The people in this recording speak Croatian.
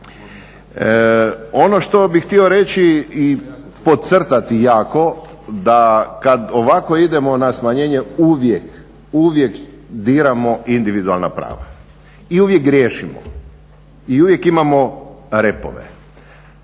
Ono što bih htio reći i podcrtati jako da kad ovako idemo na smanjenje, uvijek, uvijek diramo individualna prava. I uvijek griješimo i uvijek imamo repove.